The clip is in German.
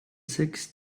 sechs